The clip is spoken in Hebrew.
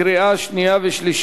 (חישוב הכנסה מרנטה לשם קביעת זכאות של ניצולי השואה לגמלת סיעוד),